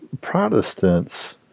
Protestants